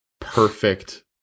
perfect